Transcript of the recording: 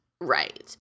right